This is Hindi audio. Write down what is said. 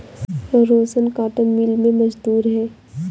रोशन कॉटन मिल में मजदूर है